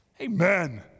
Amen